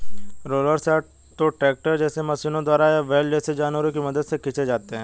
rollers या तो tractor जैसे मशीनों द्वारा या बैल जैसे जानवरों की मदद से खींचे जाते हैं